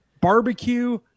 barbecue